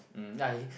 um ya he